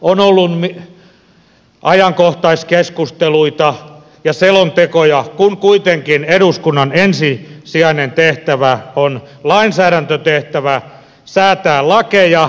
on ollut ajankohtaiskeskusteluita ja selontekoja kun kuitenkin eduskunnan ensisijainen tehtävä on lainsäädäntötehtävä lakien säätäminen